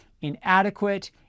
inadequate